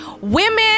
Women